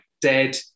dead